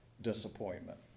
disappointment